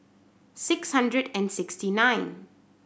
six hundred and sixty nine